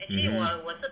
mmhmm